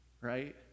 right